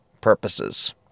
purposes